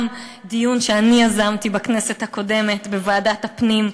גם דיון שאני יזמתי בכנסת הקודמת בוועדת הפנים.